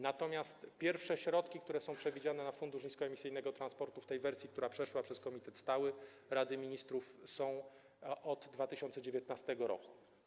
Natomiast pierwsze środki, które są przewidziane na Fundusz Niskoemisyjnego Transportu w tej wersji, która przeszła przez stały komitet Rady Ministrów, są od 2019 r.